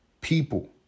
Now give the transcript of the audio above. people